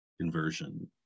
conversion